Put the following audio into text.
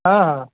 हँ हँ